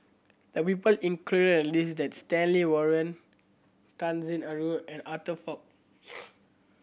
the people included the list that's Stanley Warren Tan Sin Aun and Arthur Fong